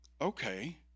okay